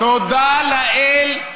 תודה לאל,